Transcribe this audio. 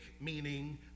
meaning